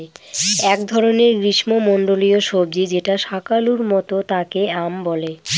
এক ধরনের গ্রীস্মমন্ডলীয় সবজি যেটা শাকালুর মত তাকে য়াম বলে